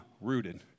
rooted